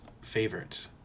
favorites